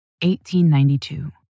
1892